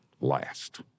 Last